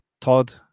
Todd